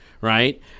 Right